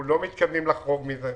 אנחנו לא מתכוונים לחרוג מזה.